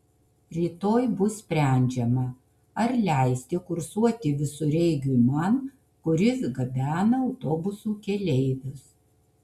rytoj bus sprendžiama ar leisti kursuoti visureigiui man kuris gabena autobusų keleivius